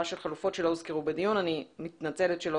של חלופות שלא הוזכרו בדיון - אני מתנצלת שלא